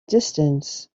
distance